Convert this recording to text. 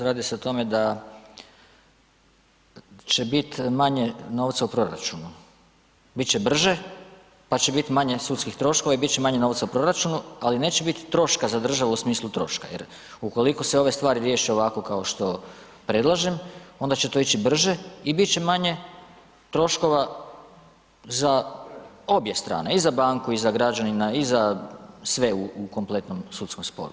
Radi se o tome da će biti manje novca u proračunu, bit će brže pa će bit manje sudskih troškova i bit će manje novca u proračunu ali neće biti troška za državu u smislu troška jer ukoliko se ove stvari riješe ovako kao što predlažem onda će to ići brže i bit će manje troškova za obje strane, i za banku i za građanina i za sve u kompletnom sudskom sporu.